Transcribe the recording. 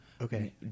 Okay